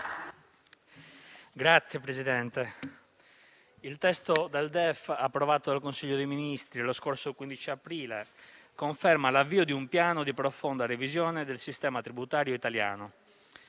Signor Presidente, il testo del DEF approvato dal Consiglio dei ministri lo scorso 15 aprile conferma l'avvio di un piano di profonda revisione del sistema tributario italiano.